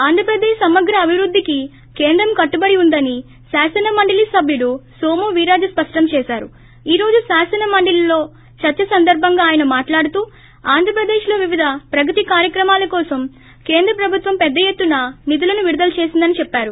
ఆంధ్రప్రదేశ్ సమగ్ర అభివృద్దికి కేంద్రం కట్టుబడివుందని శాసనమండలి సభ్యుడు నోము వీర్రాజు స్పష్టం చేసారు ఈ రోజు శాసనమండలిలో చర్స సందర్బంగా యన మాట్లాడుతూ ఆంధ్రప్రదేశ్ లో వివిధ ప్రగతి కార్యక్రమాల కోసం కేంద్ర ప్రభుత్వం పెద్ద ఎత్తున నిధులను విడుదల చేసిందని చెప్పారు